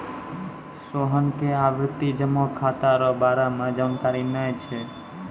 सोहन के आवर्ती जमा खाता रो बारे मे जानकारी नै छै